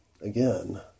again